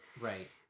Right